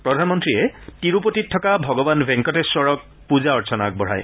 প্ৰধানমন্ত্ৰীয়ে তিৰুপতিত থকা ভগৱান ভেংকটেশ্বৰক পূজা অৰ্চনা আগবঢ়ায়